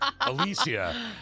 Alicia